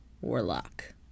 warlock